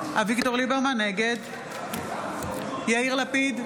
ליברמן, נגד יאיר לפיד,